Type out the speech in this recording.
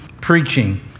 preaching